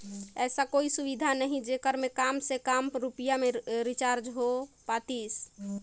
ऐसा कोई सुविधा नहीं जेकर मे काम से काम रुपिया मे रिचार्ज हो पातीस?